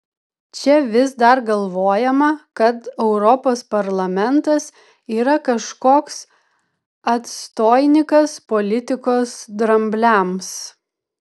čia vis dar galvojama kad europos parlamentas yra kažkoks atstoinikas politikos drambliams